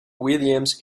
williams